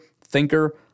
thinker